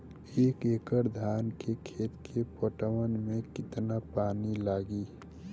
एक एकड़ धान के खेत के पटवन मे कितना पानी लागि?